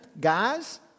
guys